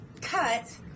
cut